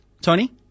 Tony